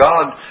God